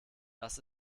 das